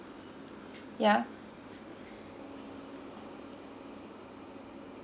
yeah